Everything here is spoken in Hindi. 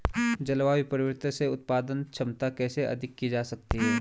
जलवायु परिवर्तन से उत्पादन क्षमता कैसे अधिक की जा सकती है?